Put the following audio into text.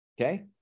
Okay